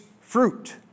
fruit